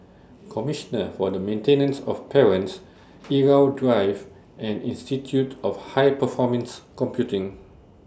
Commissioner For The Maintenance of Parents Irau Drive and Institute of High Performance Computing